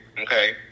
Okay